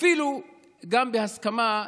אפילו בהסכמה,